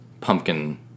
pumpkin